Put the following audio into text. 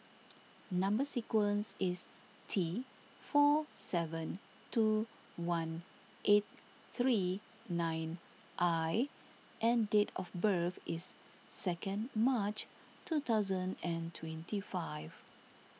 Number Sequence is T four seven two one eight three nine I and date of birth is second March two thousand and twenty five